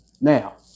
Now